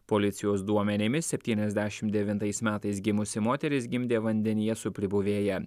policijos duomenimis septyniasdešimt devintais metais gimusi moteris gimdė vandenyje su pribuvėja